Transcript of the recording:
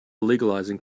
legalizing